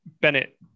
Bennett